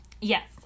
Yes